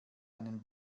einen